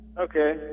Okay